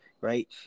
right